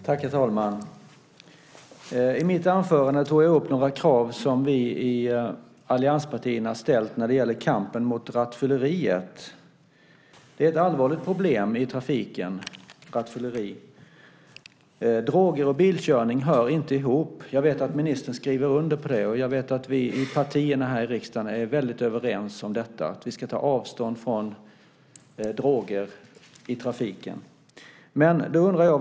Herr talman! I mitt anförande tog jag upp några krav som vi i allianspartierna ställt när det gäller kampen mot rattfylleriet. Det är ett allvarligt problem i trafiken. Droger och bilkörning hör inte ihop. Jag vet att ministern skriver under på det, och jag vet att vi i partierna här i riksdagen är väldigt överens om att vi ska ta avstånd från droger i trafiken.